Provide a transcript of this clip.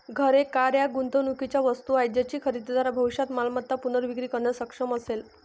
घरे, कार या गुंतवणुकीच्या वस्तू आहेत ज्याची खरेदीदार भविष्यात मालमत्ता पुनर्विक्री करण्यास सक्षम असेल